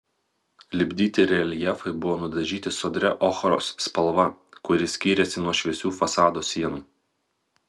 lipdyti reljefai buvo nudažyti sodria ochros spalva kuri skyrėsi nuo šviesių fasado sienų